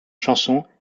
chansons